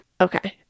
Okay